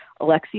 Alexi